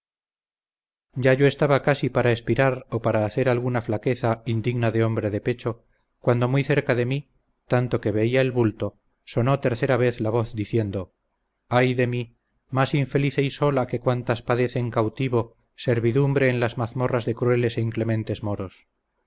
ya yo estaba casi para espirar o para hacer alguna flaqueza indigna de hombre de pecho cuando muy cerca de mí tanto que veía el bulto sonó tercera vez la voz diciendo ay de mí más infelice y sola que cuantas padecen cautiverio servidumbre en las mazmorras de crueles e inclementes moros